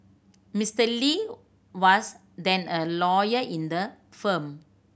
Mister Lee was then a lawyer in the firm